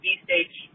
V-Stage